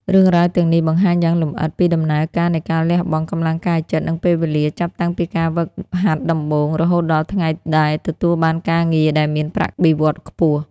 រឿងរ៉ាវទាំងនេះបង្ហាញយ៉ាងលម្អិតពីដំណើរការនៃការលះបង់ កម្លាំងកាយចិត្ត និងពេលវេលា ចាប់តាំងពីការហ្វឹកហាត់ដំបូង រហូតដល់ថ្ងៃដែលទទួលបានការងារដែលមានប្រាក់បៀវត្សរ៍ខ្ពស់។